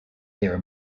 their